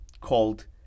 called